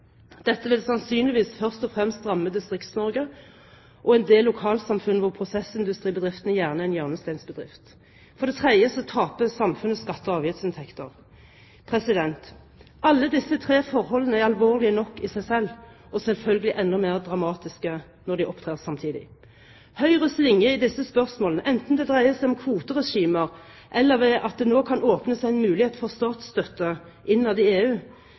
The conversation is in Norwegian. Dette vil sannsynligvis først og fremst ramme Distrikts-Norge og en del lokalsamfunn hvor prosessindustribedriften gjerne er en hjørnesteinsbedrift. For det tredje så taper samfunnet skatte- og avgiftsinntekter. Alle disse tre forholdene er alvorlige nok i seg selv, og selvfølgelig enda mer dramatiske når de opptrer samtidig. Høyres linje i disse spørsmålene, enten det dreier seg om kvoteregimer, eller ved at det nå kan åpne seg en mulighet for statsstøtte innad i EU,